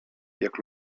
jak